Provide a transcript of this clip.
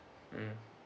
mm